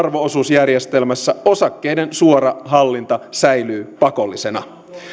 arvo osuusjärjestelmässä osakkeiden suora hallinta säilyy pakollisena